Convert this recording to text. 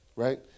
Right